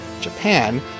Japan